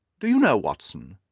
do you know, watson,